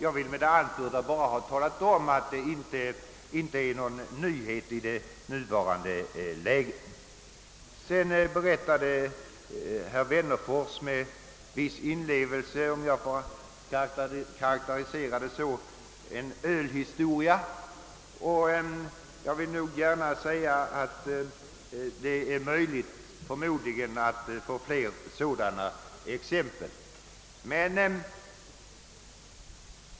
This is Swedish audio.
Jag har med det anförda bara velat tala om att tillvägagångssättet inte är nytt. Herr Wennerfors berättade med viss inlevelse, om jag får karakterisera det så, en ölhistoria. Det är förmodligen möjligt att få fram fler sådana exempel.